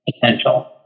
potential